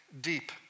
deep